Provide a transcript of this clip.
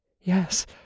Yes